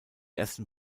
ersten